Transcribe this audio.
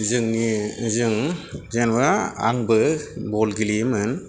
जोंनि जों जेनेबा आंबो बल गेलेयोमोन